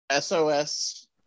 sos